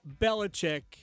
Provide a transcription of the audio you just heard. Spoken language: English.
Belichick